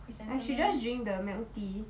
I should just drink the milk tea